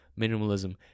minimalism